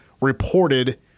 reported